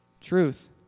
Truth